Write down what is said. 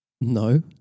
No